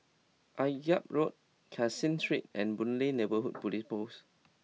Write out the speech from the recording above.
Akyab Road Caseen Street and Boon Lay Neighbourhood Police Post